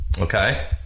Okay